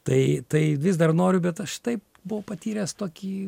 tai tai vis dar noriu bet aš taip buvau patyręs tokį